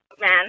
Man